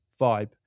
vibe